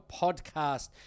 podcast